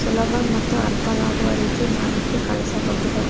ಸುಲಭ ಮತ್ತು ಅರ್ಥವಾಗುವ ರೇತಿ ಮಾಹಿತಿ ಕಳಿಸಬಹುದಾ?